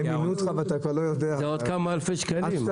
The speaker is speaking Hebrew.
אז אתה